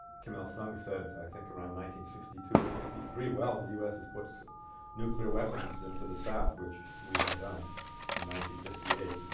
kim il-sung said i think around nineteen sixty two a sixty three well the u s s puts nuclear weapons into the south which we had done in nineteen fifty-eight